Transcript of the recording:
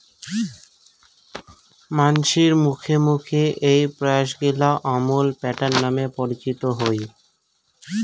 মানসির মুখে মুখে এ্যাই প্রয়াসগিলা আমুল প্যাটার্ন নামে পরিচিত হই